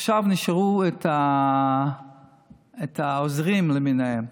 עכשיו נשארו העוזרים למיניהם.